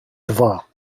два